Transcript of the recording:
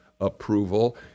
approval